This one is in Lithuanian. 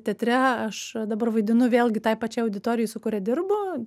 teatre aš dabar vaidinu vėlgi tai pačiai auditorijai su kuria dirbu